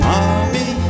Mommy